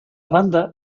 banda